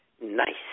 Nice